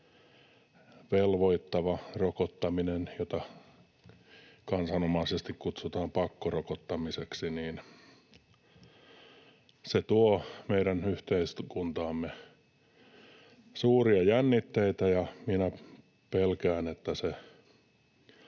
velvoittava rokottaminen, jota kansanomaisesti kutsutaan pakkorokottamiseksi, tuo meidän yhteiskuntaamme suuria jännitteitä, ja minä pelkään, että se